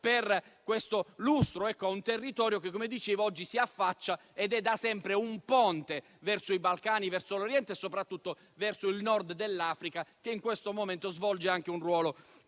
Si tratta di un territorio che - come dicevo - si affaccia e fa da ponte verso i Balcani, verso l'Oriente e soprattutto verso il Nord dell'Africa, che in questo momento svolge anche un ruolo